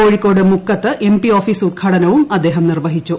കോഴിക്കോട് മുക്കത്ത് M P office ഉദ്ഘാടനവും അദ്ദേഹം നിർവഹിച്ചു